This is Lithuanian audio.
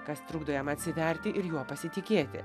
kas trukdo jam atsiverti ir juo pasitikėti